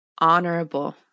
honorable